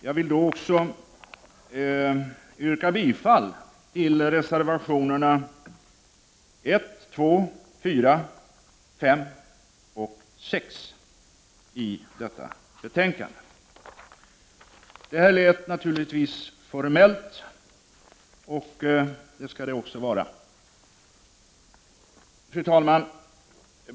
Jag vill också yrka bifall till reservationerna 1, 2, 4, 5 och 6 som är fogade till detta betänkande. Detta lät naturligtvis formellt, och det skall det också vara. Fru talman!